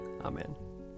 Amen